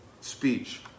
speech